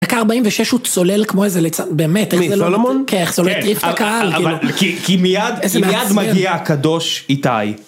דקה 46 הוא צולל כמו איזה ליצן, באמת. מי, סולומון? כן. הקהל כאילו. אבל כי, כי, מיד מגיע הקדוש איתי.